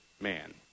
man